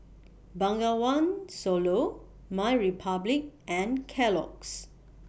Bengawan Solo MyRepublic and Kellogg's